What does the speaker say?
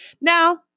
Now